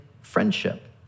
friendship